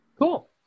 Cool